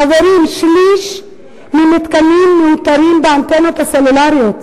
חברים, שליש מהמתקנים המותרים באנטנות הסלולריות